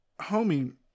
homie